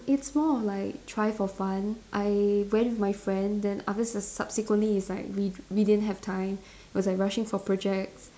it's more of like try for fun I went with my friend then after sub~ subsequently is like we we didn't have time was like rushing for projects